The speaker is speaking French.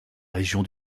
région